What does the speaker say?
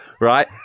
Right